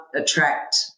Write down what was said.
attract